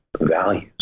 values